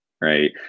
right